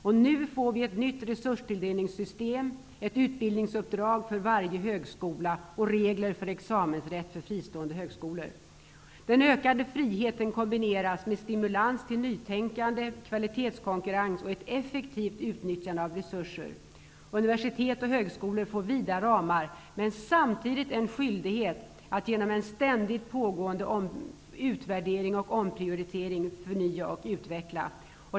Och nu får vi ett nytt resurstilldelningssystem, ett utbildningsuppdrag för varje högskola och regler för examensrätt för fristående högskolor. Den ökade friheten kombineras med stimulans till nytänkande, kvalitetskonkurrens och ett effektivt utnyttjande av resurser. Universitet och högskolor får vida ramar men samtidigt en skyldighet att genom en ständigt pågående utvärdering och omprioritering förnya och utveckla.